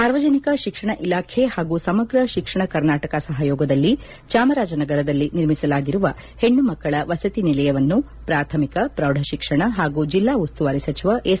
ಸಾರ್ವಜನಿಕ ಶಿಕ್ಷಣ ಇಲಾಖೆ ಹಾಗೂ ಸಮಗ್ರ ಶಿಕ್ಷಣ ಕರ್ನಾಟಕ ಸಹಯೋಗದಲ್ಲಿ ಚಾಮರಾಜನಗರದಲ್ಲಿ ನಿರ್ಮಿಸಲಾಗಿರುವ ಹೆಣ್ಣು ಮಕ್ಕಳ ವಸತಿ ನಿಲಯವನ್ನು ಪ್ರಾಥಮಿಕ ಪ್ರೌಢಶಿಕ್ಷಣ ಹಾಗೂ ಜಿಲ್ಲಾ ಉಸ್ತುವಾರಿ ಸಚಿವ ಎಸ್